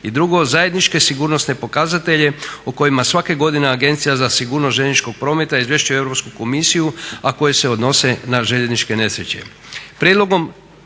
I drugo, zajedničke sigurnosne pokazatelje o kojima svake godine Agencija za sigurnost željezničkog prometa izvješćuje Europsku komisiju, a koje se odnose na željezničke nesreće.